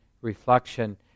reflection